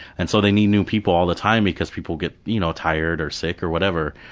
and so they need new people all the time because people get you know tired or sick or whatever.